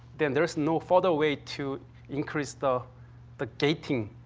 then there's no further way to increase the the gating,